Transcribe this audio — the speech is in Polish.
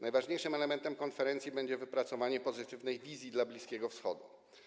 Najważniejszym elementem konferencji będzie wypracowanie pozytywnej wizji dla Bliskiego Wschodu.